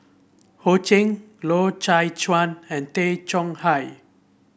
Ho Ching Loy Chye Chuan and Tay Chong Hai